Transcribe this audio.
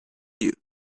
you